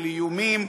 של איומים,